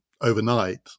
overnight